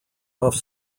off